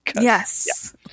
yes